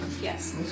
Yes